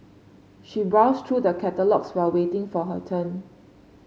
she browsed through the catalogues while waiting for her turn